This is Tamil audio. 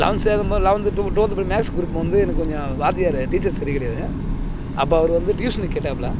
லவென்த் சேரும் போது லவென்த் டு ட்வெல்த்து போய் மேக்ஸ் குரூப் வந்து எனக்கு கொஞ்சம் வாத்தியார் டீச்சர்ஸ் சரி கிடையாது அப்போது அவர் வந்து டியூஷனுக்கு கேட்டாப்பில